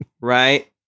right